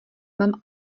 mám